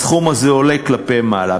הסכום הזה עולה כלפי מעלה,